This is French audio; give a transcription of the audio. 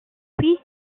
puis